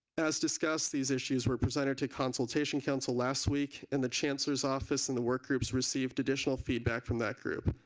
as discussed these issues were presented to consultation council last week and the chancellor's office and the work groups received additional feedback from that group.